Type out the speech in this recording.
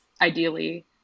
ideally